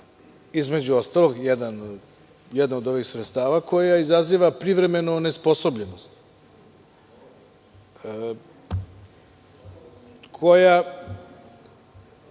između ostalog, jedno od ovih sredstava, koje izaziva privremenu onesposobljenost. Za